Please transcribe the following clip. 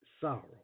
sorrow